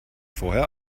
vorher